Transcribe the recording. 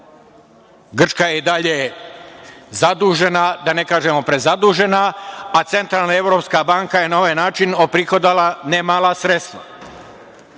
Grčka je i dalje zadužena, da ne kažemo prezadužena, a Centralna evropska banka je na ovaj način oprihodovala ne mala sredstva. Što